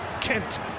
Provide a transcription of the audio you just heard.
Kent